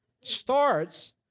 starts